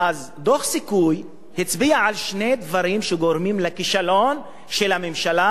אז דוח "סיכוי" הצביע על שני דברים שגורמים לכישלון של הממשלה